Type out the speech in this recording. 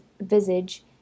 visage